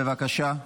בבקשה.